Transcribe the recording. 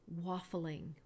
waffling